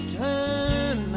turn